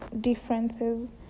differences